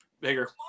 bigger